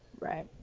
Right